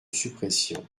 suppression